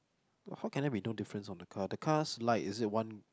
how can I be two difference on the car the car's light is it one